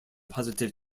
positive